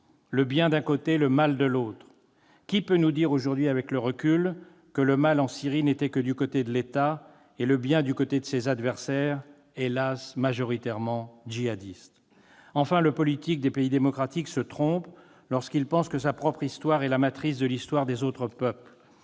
le bien d'un côté, le mal de l'autre. Qui peut nous dire aujourd'hui avec le recul que le mal en Syrie n'était que du côté de l'État et le bien du côté de ses adversaires, hélas ! majoritairement djihadistes ? Enfin, le politique des pays démocratiques se trompe lorsqu'il pense que sa propre histoire est la matrice de l'histoire des autres peuples